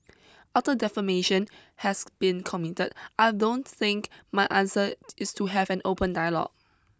after defamation has been committed I don't think my answer is to have an open dialogue